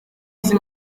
izi